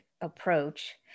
approach